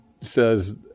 says